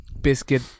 Biscuit